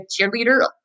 cheerleader